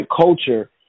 culture